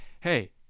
Hey